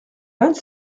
vingt